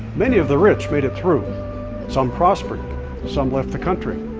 many of the rich made it through some prospered some left the country.